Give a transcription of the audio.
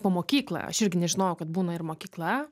po mokyklą aš irgi nežinojau kad būna ir mokykla